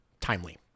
timely